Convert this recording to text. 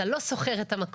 אתה לא שוכר את המקום,